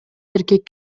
эркек